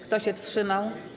Kto się wstrzymał?